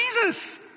Jesus